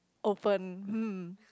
open hmm